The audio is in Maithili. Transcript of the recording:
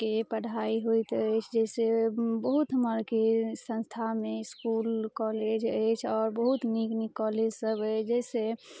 के पढ़ाइ होइत अछि जइसे बहुत हमरके संस्थामे इसकुल कॉलेज अछि आओर बहुत नीक नीक कॉलेज सब अछि जइसे